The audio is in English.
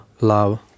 love